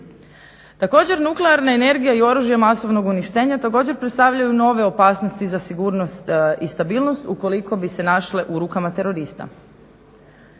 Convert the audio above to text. Također nuklearna energija i oružje masovnog uništenja, također predstavljaju nove opasnosti za sigurnost i stabilnost ukoliko bi se našle u rukama terorista.